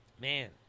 Man